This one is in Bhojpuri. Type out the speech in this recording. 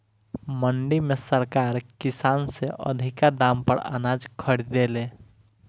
मंडी में सरकार किसान से अधिका दाम पर अनाज खरीदे ले